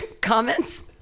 Comments